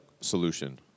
solution